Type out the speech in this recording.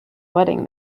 wedding